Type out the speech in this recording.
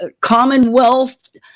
Commonwealth